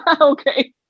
okay